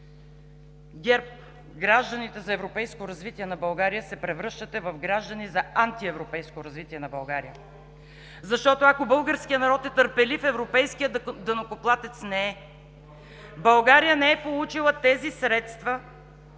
ГЕРБ – гражданите за европейско развитие на България, се превръщате в граждани за антиевропейско развитие на България, защото, ако българският народ е търпелив, европейският данъкоплатец не е. България не е получила тези средства,